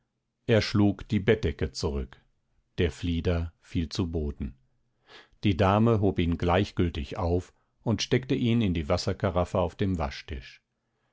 er schlug die bettdecke zurück der flieder fiel zu boden die dame hob ihn gleichgültig auf und steckte ihn in die wasserkaraffe auf dem waschtisch